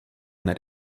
that